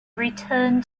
return